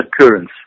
occurrence